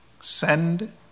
send